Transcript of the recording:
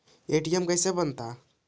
ATM कैसे बनता?